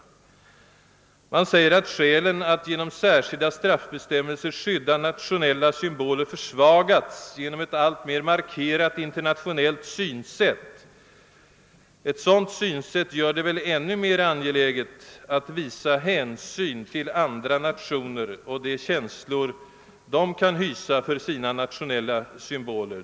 Utskottet säger att skälen för att genom särskilda straffbestämmelser skydda nationella symboler försvagats genom ett alltmer markerat internationellt synsätt. Ett sådant synsätt gör det väl ännu mer angeläget än förut att visa hänsyn mot andra nationer och de känslor de kan hysa för sina nationella symboler.